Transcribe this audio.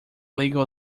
legal